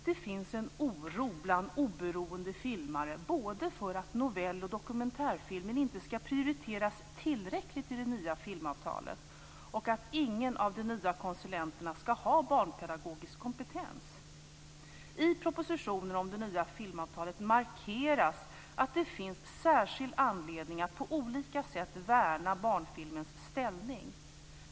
Det finns en oro bland oberoende filmare både för att novell och dokumentärfilmen inte ska prioriteras tillräckligt i det nya filmavtalet och för att ingen av de nya konsulenterna ska ha barnpedagogisk kompetens. I propositionen om det nya filmavtalet markeras att det finns särskild anledning att på olika sätt värna barnfilmens ställning.